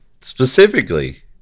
specifically